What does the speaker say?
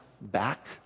back